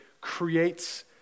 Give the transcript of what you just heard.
creates